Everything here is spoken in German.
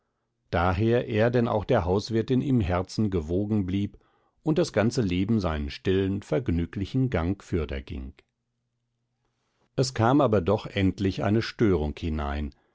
daher er denn auch der hauswirtin im herzen gewogen blieb und das ganze leben seinen stillen vergnüglichen gang fürder ging es kam aber doch endlich eine störung hinein